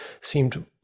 seemed